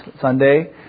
Sunday